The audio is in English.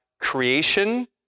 creation